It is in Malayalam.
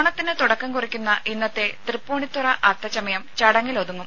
ഓണത്തിന് തുടക്കം കുറിക്കുന്ന ഇന്നത്തെ തൃപ്പൂണിത്തുറ അത്തച്ചമയം ചടങ്ങിലൊതുക്കും